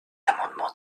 amendement